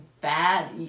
bad